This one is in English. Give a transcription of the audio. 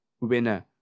winner